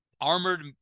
armored